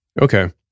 Okay